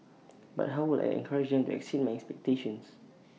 but how would I encourage them exceed my expectations